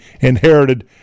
inherited